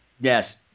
Yes